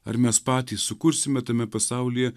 ar mes patys sukursime tame pasaulyje